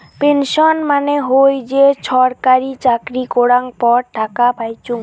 pension মানে হই যে ছরকারি চাকরি করাঙ পর টাকা পাইচুঙ